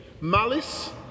malice